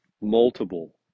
multiple